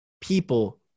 people